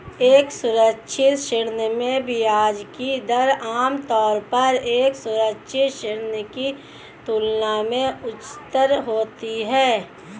एक असुरक्षित ऋण में ब्याज की दर आमतौर पर एक सुरक्षित ऋण की तुलना में उच्चतर होती है?